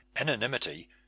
anonymity